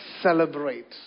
celebrate